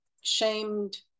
shamed